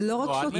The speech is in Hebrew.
זה לא רק שוטר.